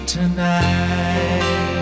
tonight